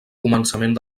començament